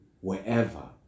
Wherever